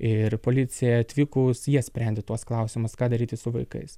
ir policijai atvykus jie sprendė tuos klausimus ką daryti su vaikais